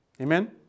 amen